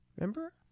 Remember